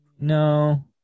No